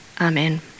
Amen